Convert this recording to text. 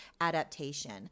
adaptation